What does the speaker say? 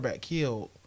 killed